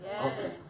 Okay